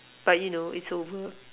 but you know it's over